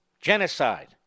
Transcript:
genocide